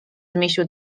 zmieścił